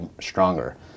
stronger